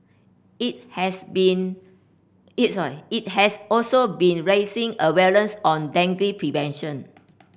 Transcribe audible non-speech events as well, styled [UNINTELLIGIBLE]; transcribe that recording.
it has been [UNINTELLIGIBLE] it has also been raising awareness on dengue prevention